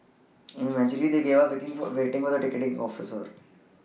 eventually they gave up waiting for waiting the ticketing officer